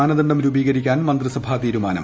മാനദണ്ഡം രൂപീകരിക്കാൻ മന്ത്രിസഭാ തീരുമാനം